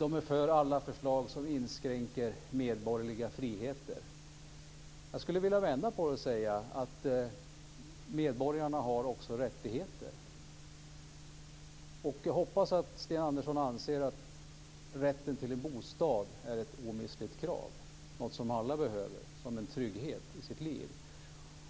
är för alla förslag som inskränker medborgerliga friheter. Jag skulle vilja vända på det. Medborgarna har också rättigheter. Jag hoppas att Sten Andersson anser att rätten till en bostad är ett omistligt krav. En bostad är något som alla behöver som en trygghet i sitt liv.